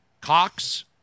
cox